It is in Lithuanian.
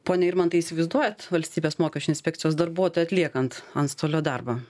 pone irmantai įsivaizduojat valstybės mokesčių inspekcijos darbuotoją atliekant antstolio darbą